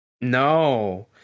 No